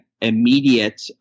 immediate